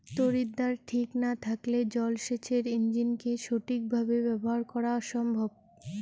তড়িৎদ্বার ঠিক না থাকলে জল সেচের ইণ্জিনকে সঠিক ভাবে ব্যবহার করা অসম্ভব